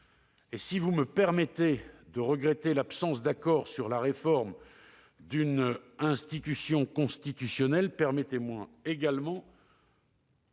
Et si vous me permettez de regretter l'absence d'accord sur la réforme d'une institution constitutionnelle, permettez-moi également,